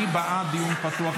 אני בעד דיון פתוח,